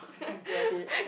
like grab it